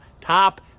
top